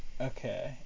Okay